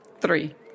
Three